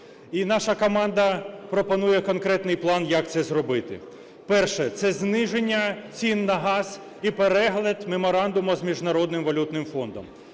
наша команда пропонує конкретний план, як це зробити. Перше – це зниження цін на газ і перегляд меморандуму з Міжнародним валютним фондом.